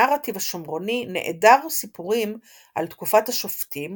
הנרטיב השומרוני נעדר סיפורים על תקופת השופטים